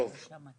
קודם כל,